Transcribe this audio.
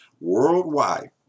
worldwide